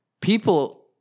People